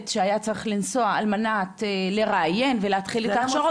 שהיה צריך לנסוע על מנת לראיין ולהתחיל את ההכשרות,